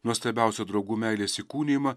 nuostabiausią draugų meilės įkūnijimą